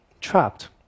trapped